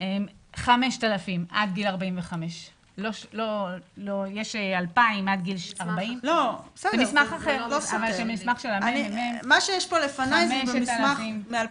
הוא 5,000 עד גיל 45. מה שיש פה לפניי זה מסמך מ-2019,